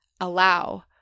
allow